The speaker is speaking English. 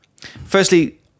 firstly